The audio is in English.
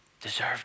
Deserve